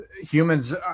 humans